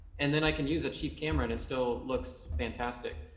and then i can use a cheap camera. and it still looks fantastic.